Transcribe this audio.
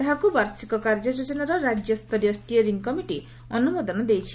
ତାହାକୁ ବାର୍ଷିକ କାର୍ଯ୍ୟ ଯୋଜନାର ରାଜ୍ୟ ସ୍ତରୀୟ ଷ୍ଟିଅରିଂ କମିଟି ଅନୁମୋଦନ ଦେଇଛି